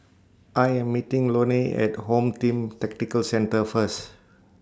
I Am meeting Lone At Home Team Tactical Centre First